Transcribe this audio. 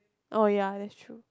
oh ya that's true